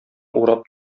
урап